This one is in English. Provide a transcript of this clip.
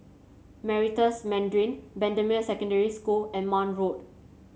Meritus Mandarin Bendemeer Secondary School and Marne Road